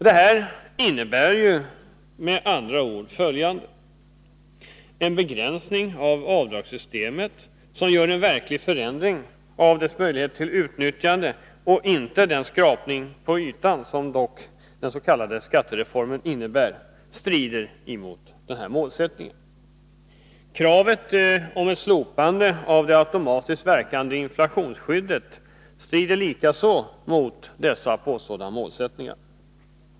Detta innebär med andra ord: En begränsning av avdragssystemet som innebär en verklig förändring av möjligheten till dess utnyttjande — inte den skrapning på ytan som den s.k. skattereformen innebär — strider mot målsättningarna. Kravet på ett slopande av det automatiskt verkande inflationsskyddet strider likaså mot dessa målsättningar.